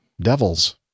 devils